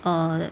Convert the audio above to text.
orh